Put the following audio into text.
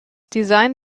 design